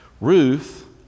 Ruth